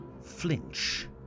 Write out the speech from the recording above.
flinch